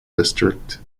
district